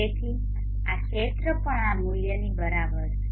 તેથી આ ક્ષેત્ર પણ આ મૂલ્યની બરાબર છે